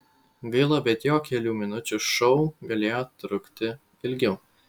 gaila bet jo kelių minučių šou galėjo trukti ilgiau